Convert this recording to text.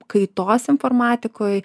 kaitos informatikoj